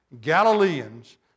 Galileans